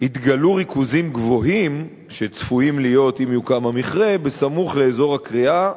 התגלו ריכוזים גבוהים שצפויים להיות אם יוקם המכרה סמוך לאזור הכרייה,